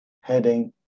heading